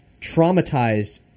traumatized